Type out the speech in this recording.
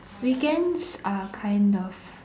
weekends are kind of